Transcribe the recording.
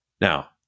Now